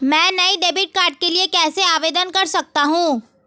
मैं नए debit card के लिए कैसे आवेदन कर सकता हूँ?